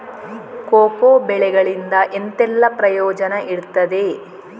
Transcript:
Cocoa ಬೆಳೆಗಳಿಂದ ಎಂತೆಲ್ಲ ಪ್ರಯೋಜನ ಇರ್ತದೆ?